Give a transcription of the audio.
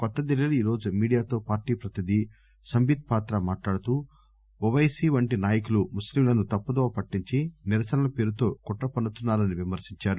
కొత్త ధిల్లీలో ఈ రోజు మీడియాతో పార్టీ ప్రతినిధి సంబిత్ పాత్ర మాట్లాడుతూ ఓవైసీ వంటి నాయకులు ముస్లీంలను తప్పుదోవ పట్టించి నిరసనల పేరుతోకుట్ర పన్సు తున్నా రని విమర్శించారు